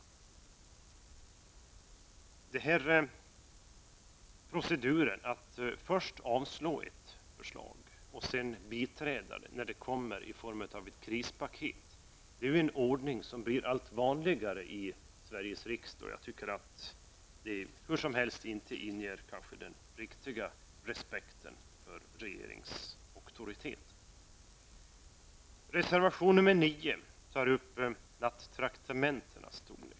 Den här proceduren att först avslå ett förslag och sedan biträda det när det kommer i form av ett krispaket är en ordning som blir allt vanligare i Sveriges riksdag. Hur som helst tycker jag inte att det inger den riktiga respekten för regeringsauktoriteten. Reservation nr 9 tar upp frågan om nattraktamentenas storlek.